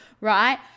Right